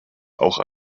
auch